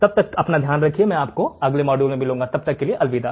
तब तक ध्यान रखिए मैं आपको अगले मॉड्यूल में मिलूंगा तब तक के लिए अलविदा